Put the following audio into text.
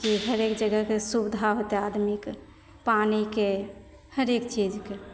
जे हरेक जगहके सुबिधा होयतै आदमीके पानिके हरेक चीजके